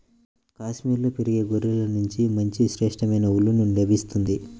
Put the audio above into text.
కాశ్మీరులో పెరిగే గొర్రెల నుంచి మంచి శ్రేష్టమైన ఊలు లభిస్తుంది